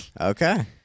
Okay